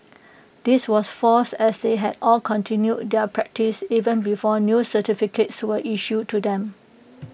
this was false as they had all continued their practice even before new certificates were issued to them